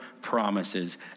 promises